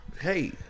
Hey